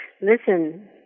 listen